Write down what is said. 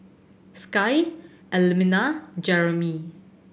Sky Elmina and Jermey